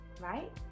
right